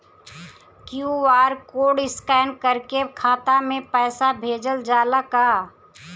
QR code scan करके खाता में पैसा भेजल जाला का?